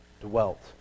dwelt